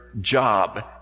job